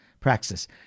Praxis